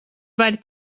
vari